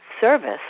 service